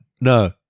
No